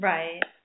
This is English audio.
Right